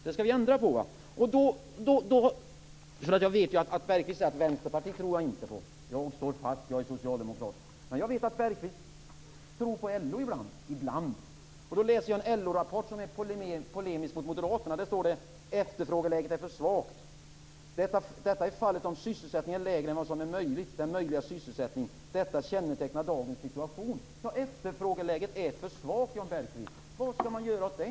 Det skall vi ändra på, eller hur? Jag vet att Jan Bergqvist säger: Vänsterpartiet tror jag inte på. Jag står fast. Jag är socialdemokrat. Jag vet dock att Jan Bergqvist ibland tror på LO. Jag kan citera ur en LO-rapport som är polemisk gentemot Moderaterna: "- Efterfrågeläget är för svagt. Detta är fallet om sysselsättningen är lägre än vad som är möjligt, den möjliga sysselsättningen. - Detta kännetecknar dagens situation." Ja, efterfrågeläget är för svagt, Jan Bergqvist! Vad skall man göra åt det?